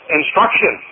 instruction